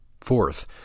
Fourth